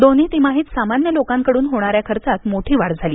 दोन्ही तिमाहीत सामान्य लोकांकडून होणाऱ्या खर्चात मोठी वाढ झाली